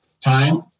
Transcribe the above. Time